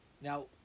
Now